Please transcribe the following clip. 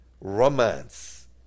romance